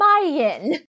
Mayan